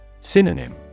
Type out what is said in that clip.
Synonym